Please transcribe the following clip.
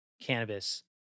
cannabis